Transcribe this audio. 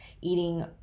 eating